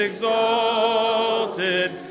Exalted